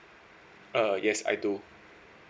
uh yes I do